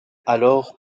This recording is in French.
alors